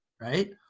right